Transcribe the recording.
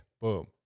boom